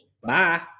Bye